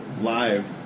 live